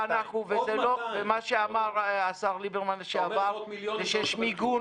ומה שאמר השר לשעבר ליברמן זה שיש מיגון